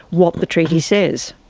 what the treaty says?